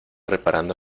reparando